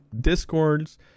Discords